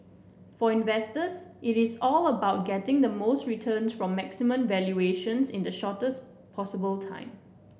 for investors it is all about getting the most returns from maximum valuations in the shortest possible time